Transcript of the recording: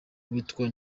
witwa